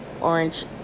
Orange